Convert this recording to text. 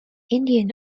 indian